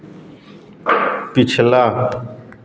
पिछला